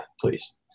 please